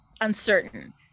uncertain